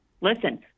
Listen